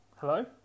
Hello